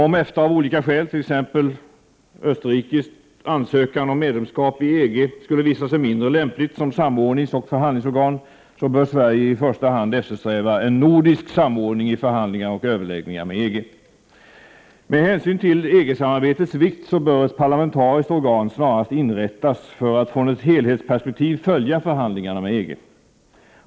Om EFTA av olika skäl, t.ex. på grund av att Österrike ansöker om medlemskap i EG, skulle visa sig mindre lämpligt som samordningsoch 45 förhandlingsorgan, bör Sverige i första hand eftersträva en nordisk samordning i förhandlingar och överläggningar med EG. Med hänsyn till EG-samarbetets vikt bör ett parlamentariskt organ snarast inrättas för att från ett helhetsperspektiv följa förhandlingarna med EG.